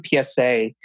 PSA